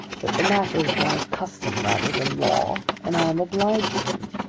that the matter is one of custom rather than law and i am obliged to him.